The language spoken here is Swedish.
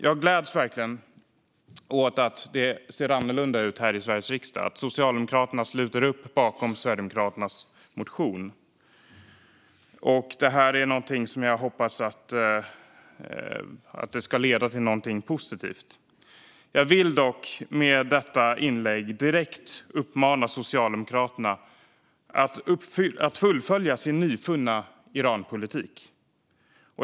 Jag gläds verkligen åt att det ser annorlunda ut här i Sveriges riksdag och att Socialdemokraterna sluter upp bakom Sverigedemokraternas motion. Jag hoppas att detta ska leda till någonting positivt. Jag vill dock med detta inlägg direkt uppmana Socialdemokraterna att fullfölja sin nyfunna Iranpolitik.